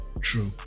true